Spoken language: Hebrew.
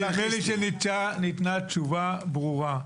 נדמה לי שניתנה תשובה ברורה.